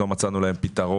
כאלה שלא מצאנו להם פתרון.